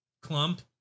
Clump